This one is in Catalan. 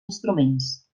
instruments